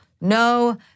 No